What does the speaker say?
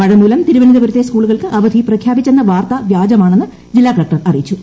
മഴമൂലം തിരുവനന്തപുരത്തെ സ്കൂളുകൾക്ക് അവധി പ്രഖ്യാപിച്ചെന്ന വാർത്ത വ്യാജമാണെന്ന് ജില്ലാ കളക്ടർ അറിയിച്ചു